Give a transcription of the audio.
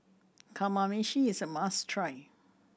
Kamameshi is a must try